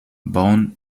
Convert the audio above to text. born